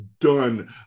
done